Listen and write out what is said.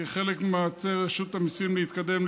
כחלק ממאמצי רשות המיסים להתקדם,